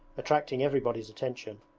attracting everybody's attention.